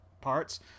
parts